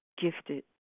gifted